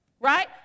Right